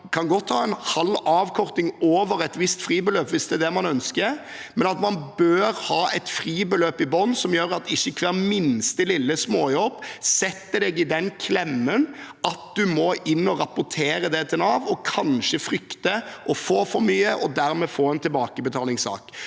at man godt kan ha en halv avkorting over et visst fribeløp hvis det er det man ønsker, men at man bør ha et fribeløp i bunnen som gjør at ikke hver minste lille småjobb setter en i den klemmen at man må inn og rapportere det til Nav og kanskje frykte å få for mye og dermed få en tilbakebetalingssak.